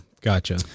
Gotcha